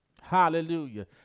hallelujah